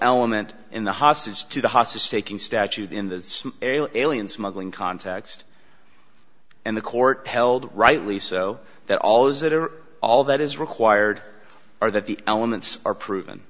element in the hostage to the hospice taking statute in the alien smuggling context and the court held rightly so that all those that are are all that is required are that the elements are proven